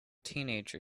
teenager